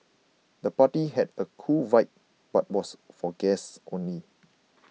the party had a cool vibe but was for guests only